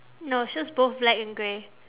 no it's just both black and grey